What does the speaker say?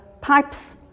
pipes